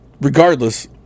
regardless